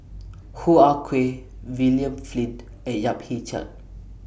Hoo Ah Kay William Flint and Yap Ee Chian